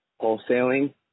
wholesaling